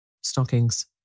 stockings